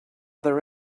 there